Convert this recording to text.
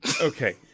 Okay